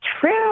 true